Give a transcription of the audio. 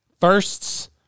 firsts